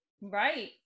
Right